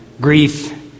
grief